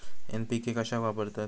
NPK कशाक वापरतत?